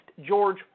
George